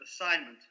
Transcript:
assignment